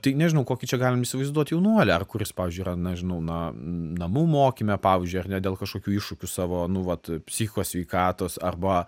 tai nežinau kokį čia galim įsivaizduot jaunuolį ar kuris pavyzdžiui yra nežinau na namų mokyme pavyzdžiui ar ne dėl kažkokių iššūkių savo nu vat psichikos sveikatos arba